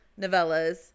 novellas